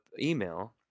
email